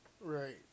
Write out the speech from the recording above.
right